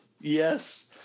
Yes